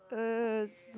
uh